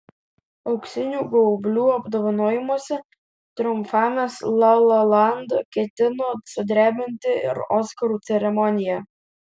auksinių gaublių apdovanojimuose triumfavęs la la land ketino sudrebinti ir oskarų ceremoniją